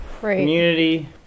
Community